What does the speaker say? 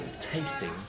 tasting